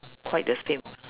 quite the same ah